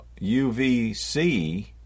UVC